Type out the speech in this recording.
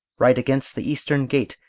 right against the eastern gate,